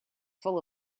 full